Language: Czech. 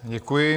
Děkuji.